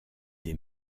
des